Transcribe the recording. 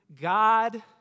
God